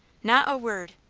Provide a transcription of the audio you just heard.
not a word.